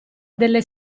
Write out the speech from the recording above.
delle